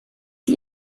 sie